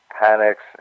panics